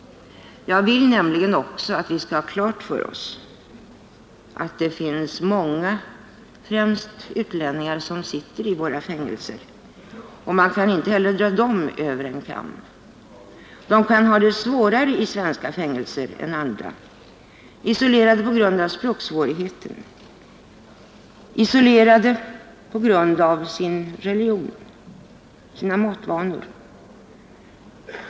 Jag vill nämligen också att vi skall ha klart för oss att det sitter många utlänningar i våra fängelser. Man kan inte heller dra dem över en kam. De kan ha det svårare i svenska fängelser än andra, isolerade på grund av språksvårigheter, isolerade på grund av sin religion eller sina matvanor.